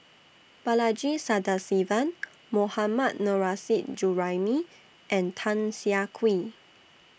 Balaji Sadasivan Mohammad Nurrasyid Juraimi and Tan Siah Kwee